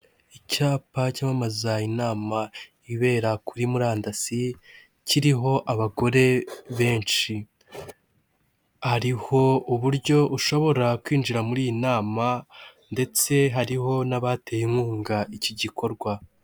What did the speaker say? Icyapa cyamamaza inama ibera kuri murandasi, kiriho abagore benshi, hariho uburyo ushobora kwinjira muri iyi nama ndetse hariho n'abateye inkunga iki gikorwa.